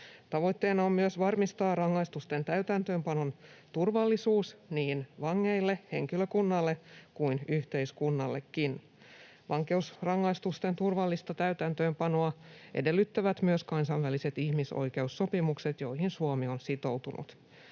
Tavoitteena on myös varmistaa rangaistusten täytäntöönpanon turvallisuus niin vangeille, henkilökunnalle kuin yhteiskunnallekin. Vankeusrangaistusten turvallista täytäntöönpanoa edellyttävät myös kansainväliset ihmisoikeussopimukset, joihin Suomi on sitoutunut.